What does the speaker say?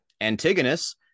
Antigonus